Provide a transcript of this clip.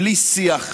בלי שיח.